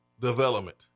development